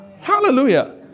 Hallelujah